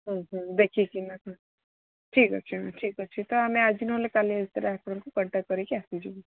ହୁଁ ହୁଁ ଦେଖିକିନା ହଁ ଠିକ୍ ଅଛି ଠିକ୍ ଅଛି ତ ଆମେ ଆଜି ନ ହେଲେ କାଲି ଭିତରେ ଆପଣଙ୍କୁ କଣ୍ଟାକ୍ଟ କରିକି ଆସିଯିବୁ